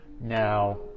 now